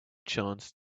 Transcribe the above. chance